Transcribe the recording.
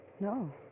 No